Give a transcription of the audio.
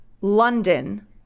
London